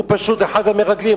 הוא פשוט אחד המרגלים,